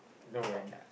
no when I